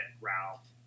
Ralph